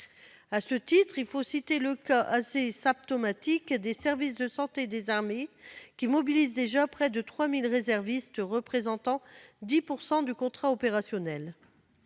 À ce titre, il faut citer le cas assez symptomatique du service de santé des armées, qui mobilise déjà près de 3 000 réservistes, représentant 10 % du contrat opérationnel.